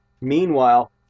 Meanwhile